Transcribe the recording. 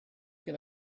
can